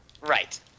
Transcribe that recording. Right